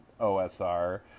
OSR